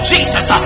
Jesus